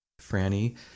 Franny